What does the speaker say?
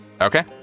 Okay